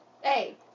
Hey